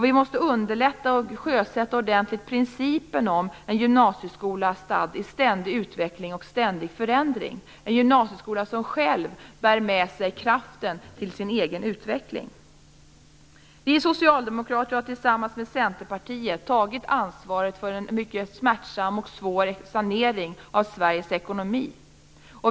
Vi måste underlätta och ordentligt sjösätta principen om en gymnasieskola stadd i ständig utveckling och ständig förändring, en gymnasieskola som själv bär med sig kraften till sin egen utveckling. Vi socialdemokrater har tillsammans med Centerpartiet tagit ansvaret för en mycket smärtsam och svår sanering av Sveriges ekonomi.